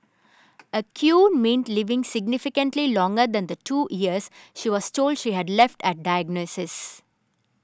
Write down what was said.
a cure meant living significantly longer than the two years she was told she had left at diagnosis